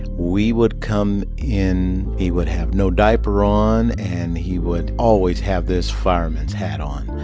we would come in. he would have no diaper on and he would always have this fireman's hat on.